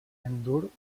endur